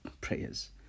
prayers